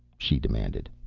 she demanded.